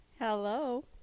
Hello